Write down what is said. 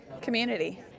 Community